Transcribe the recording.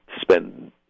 Spend